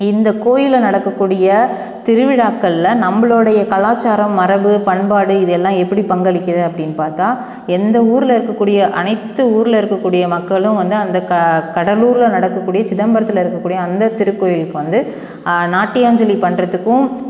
இந்த கோயிலில் நடக்கக்கூடிய திருவிழாக்களில் நம்மளோடைய கலாச்சாரம் மரபு பண்பாடு இதை எல்லாம் எப்படி பங்களிக்குது அப்படின்னு பார்த்தா எந்த ஊரில் இருக்கக்கூடிய அனைத்து ஊரில் இருக்கக்கூடிய மக்களும் வந்து அந்த க கடலூரில் நடக்கக்கூடிய சிதம்பரத்தில் இருக்கக்கூடிய அந்த திருக்கோயிலுக்கு வந்து நாட்டியாஞ்சலி பண்ணுறத்துக்கும்